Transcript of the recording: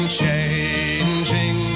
changing